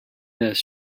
this